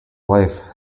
life